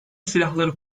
silahları